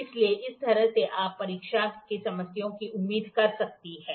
इसलिए इस तरह से आप परीक्षा में समस्याओं की उम्मीद कर सकते हैं